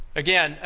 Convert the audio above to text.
again,